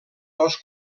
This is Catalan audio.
dos